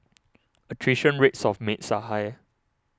attrition rates of maids are high